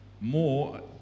more